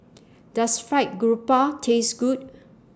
Does Fried Garoupa Taste Good